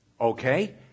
Okay